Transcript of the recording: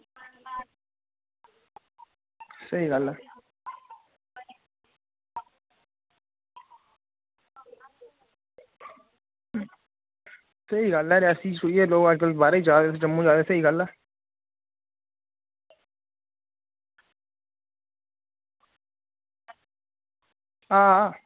स्हेई गल्ल ऐ स्हेई गल्ल ऐ रियासी छुड़ियै लोक अज्जकल बाहरै गी जा दे जम्मू जा दे स्हेई गल्ल ऐ हां